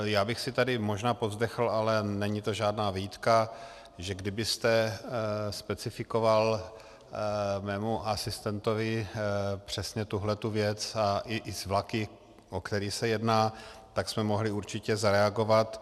Já bych si tady možná povzdechl, ale není to žádná výtka, že kdybyste specifikoval mému asistentovi přesně tuhle věc i s vlaky, o které se jedná, tak jsme mohli určitě zareagovat.